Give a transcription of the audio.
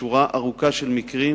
בשורה ארוכה של מקרים,